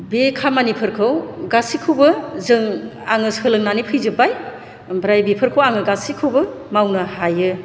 बे खामानिफोरखौ गासैखौबो जों आङो सोलोंनानै फैजोब्बाय ओमफ्राय बेफोरखौ आङो गासैखौबो मावनो हायो